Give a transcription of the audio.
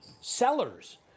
sellers